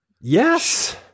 Yes